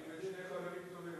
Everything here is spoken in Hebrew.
אני בין שני חברים טובים.